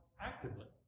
actively